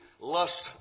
lust